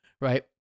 right